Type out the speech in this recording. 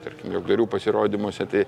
tarkim juokdarių pasirodymuose tai